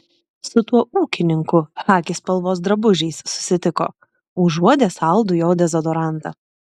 su tuo ūkininku chaki spalvos drabužiais susitiko užuodė saldų jo dezodorantą